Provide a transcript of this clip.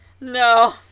No